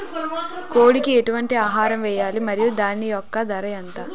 కోడి కి ఎటువంటి ఆహారం వేయాలి? మరియు దాని యెక్క ధర ఎంత?